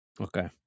Okay